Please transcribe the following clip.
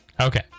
Okay